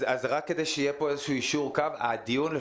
אז רק כדי שיהיה פה איזה שהוא יישור קו הדיון,